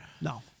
No